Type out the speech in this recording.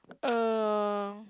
uh